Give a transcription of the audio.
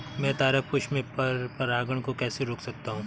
मैं तारक पुष्प में पर परागण को कैसे रोक सकता हूँ?